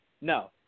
No